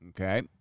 Okay